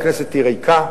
היום הכנסת ריקה,